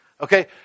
Okay